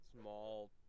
small